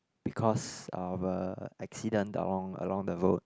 because of a accident along along the road